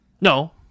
No